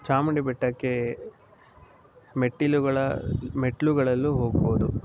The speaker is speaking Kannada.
ಚಾಮುಂಡಿ ಬೆಟ್ಟಕ್ಕೆ ಮೆಟ್ಟಿಲುಗಳ ಮೆಟ್ಟಿಲುಗಳಲ್ಲೂ ಹೋಗ್ಬೋದು